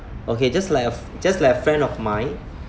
okay just like just like a friend of mine